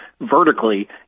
vertically